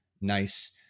nice